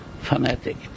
fanatic